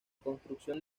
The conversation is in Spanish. construcción